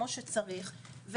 כמו שצריך,